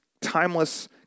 timeless